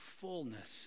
fullness